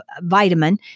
vitamin